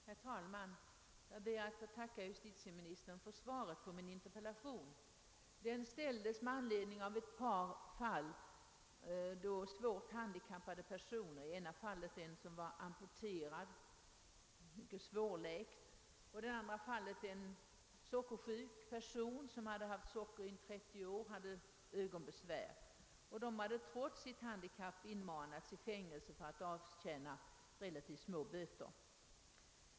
Herr talman! Jag ber att få tacka justitieministern för svaret på min interpellation. Jag framställde interpellationen i anledning av ett par fall, då svårt handikappade människor — i ena fallet en person som fått ett ben amputerat, operationssåret. var mycket svårläkt, i andra fallet en person som varit sockersjuk i 30 år och hade ögonbesvär — trots sina handikapp hade inmanats i fängelse för att avtjäna relativt små bötesbeiopp.